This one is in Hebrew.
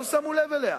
לא שמו לב אליה.